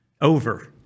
Over